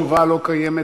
התשובה לא קיימת.